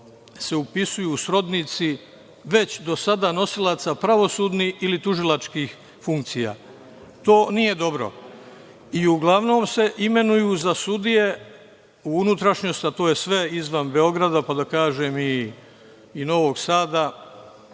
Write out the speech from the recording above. se upisuju srodnici već do sada nosilaca pravosudnih ili tužilačkih funkcija. To nije dobro i uglavnom se imenuju za sudije u unutrašnjosti, a to je sve izvan Beograda, pa da kažem i Novog Sada.